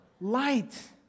light